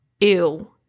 ew